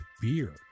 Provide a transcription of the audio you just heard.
beer